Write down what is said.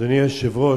אדוני היושב-ראש,